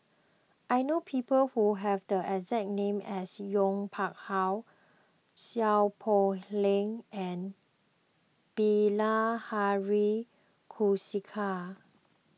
I know people who have the exact name as Yong Pung How Seow Poh Leng and Bilahari Kausikan